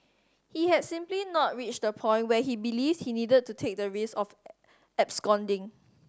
he had simply not reached the point where he believed he needed to take the risk of absconding